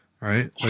right